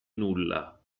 nulla